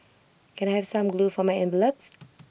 can I have some glue for my envelopes